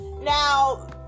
Now